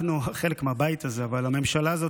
ושמעתי את זה גם מאנשי הליכוד,